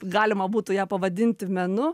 galima būtų ją pavadinti menu